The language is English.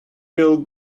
will